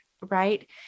Right